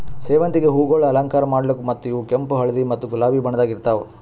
ಸೇವಂತಿಗೆ ಹೂವುಗೊಳ್ ಅಲಂಕಾರ ಮಾಡ್ಲುಕ್ ಮತ್ತ ಇವು ಕೆಂಪು, ಹಳದಿ ಮತ್ತ ಗುಲಾಬಿ ಬಣ್ಣದಾಗ್ ಇರ್ತಾವ್